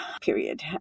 period